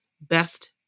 best